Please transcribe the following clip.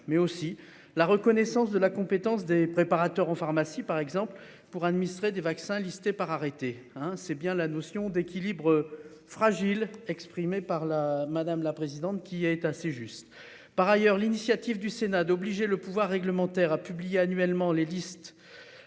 mais aussi la reconnaissance de la compétence des préparateurs en pharmacie par exemple pour administrer des vaccins listés par arrêté hein, c'est bien la notion d'équilibre fragile exprimée par la madame la présidente, qui est assez juste. Par ailleurs, l'initiative du Sénat d'obliger le pouvoir réglementaire a publié annuellement les listes.